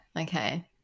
Okay